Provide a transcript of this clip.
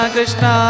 Krishna